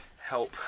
help